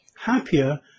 happier